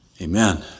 amen